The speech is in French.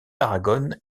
tarragone